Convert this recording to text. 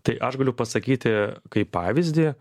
tai aš galiu pasakyti kaip pavyzdį